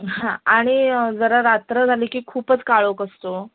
हां आणि जरा रात्र झाली की खूपच काळोख असतो